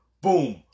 boom